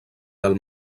del